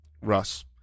russ